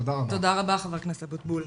תודה רבה, חבר הכנסת אבוטבול.